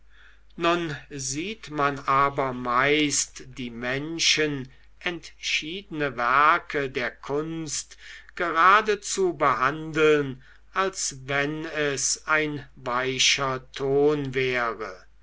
nun sieht man aber meist die menschen entschiedene werke der kunst geradezu behandeln als wenn es ein weicher ton wäre